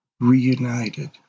Reunited